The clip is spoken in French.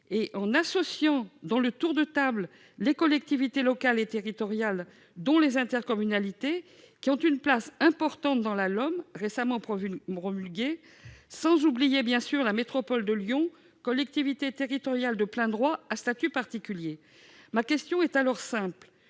en associant dans le tour de table les collectivités locales et territoriales, ainsi que les intercommunalités, qui ont une place importante dans la LOM récemment promulguée, sans oublier la métropole de Lyon, collectivité locale de plein droit à statut particulier. Dès lors, ma question est simple